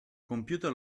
compiuta